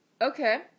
Okay